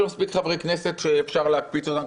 יש מספיק חברי כנסת שאפשר להקפיץ אותם,